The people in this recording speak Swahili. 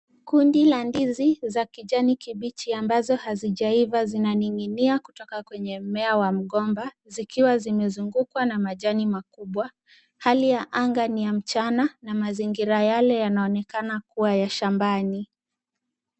Kundi la ndizi za kijani kibichi ambazo hazijaia zinaning'inia kutoka kwenye mmea wa mgomba zikiwa zimezungukwa na majani makubwa. Hali ya anga ni ya mchana na mazingira yale yanaonekana kuwa ya shambani.